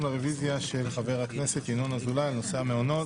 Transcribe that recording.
לרביזיה של חבר הכנסת ינון אזולאי בנושא המעונות.